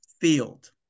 field